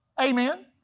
Amen